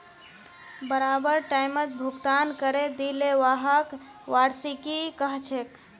बराबर टाइमत भुगतान करे दिले व्हाक वार्षिकी कहछेक